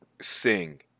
sing